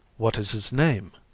what is his name?